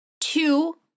two